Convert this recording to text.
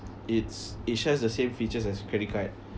it's it shares the same features as credit card